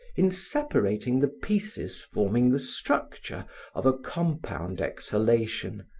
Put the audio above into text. in separating the pieces forming the structure of a compound exhalation,